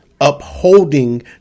upholding